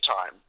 time